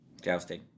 Jousting